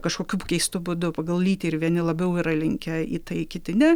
kažkokiu keistu būdu pagal lytį ir vieni labiau yra linkę į tai kiti ne